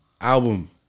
album